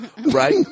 Right